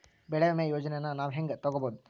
ಬೆಳಿ ವಿಮೆ ಯೋಜನೆನ ನಾವ್ ಹೆಂಗ್ ತೊಗೊಬೋದ್?